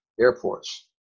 airports